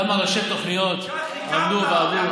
כמה ראשי תוכניות עמלו ועבדו.